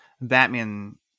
Batman